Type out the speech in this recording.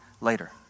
later